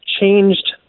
changed